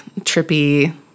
trippy